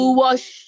wash